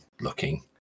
looking